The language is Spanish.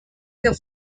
que